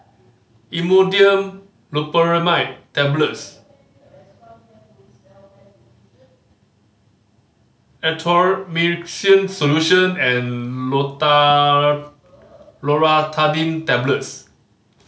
Imodium Loperamide Tablets Erythroymycin Solution and Loratadine Tablets